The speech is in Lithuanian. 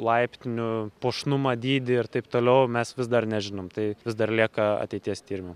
laiptinių puošnumą dydį ir taip toliau mes vis dar nežinom tai vis dar lieka ateities tyrimu